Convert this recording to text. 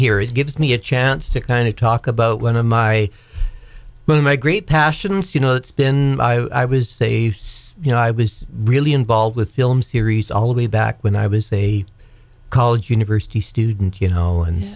here it gives me a chance to kind of talk about one of my great passions you know it's been i was a you know i was really involved with film series all the way back when i was a college university student you know and